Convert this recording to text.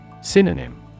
Synonym